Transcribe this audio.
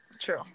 true